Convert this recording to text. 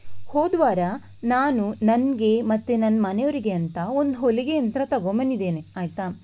ಹೋದ ವಾರ ನಾನು ನನಗೆ ಮತ್ತು ನನ್ನ ಮನೆಯವರಿಗೆ ಅಂತ ಒಂದು ಹೊಲಿಗೆ ಯಂತ್ರ ತಗೊಂಬಂದಿದ್ದೇನೆ ಆಯಿತಾ